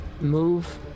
move